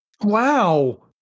Wow